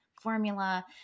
formula